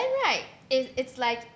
you know right it it's like